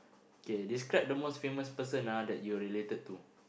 K describe the most famous person ah that you are related to